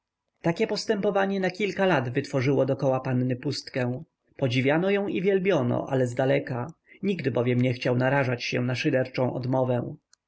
takie postępowanie na kilka lat wytworzyło dokoła panny pustkę podziwiano ją i wielbiono ale zdaleka nikt bowiem nie chciał narażać się na szyderczą odmowę